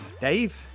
Dave